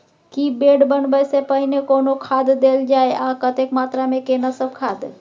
की bed बनबै सॅ पहिने कोनो खाद देल जाय आ कतेक मात्रा मे केना सब खाद?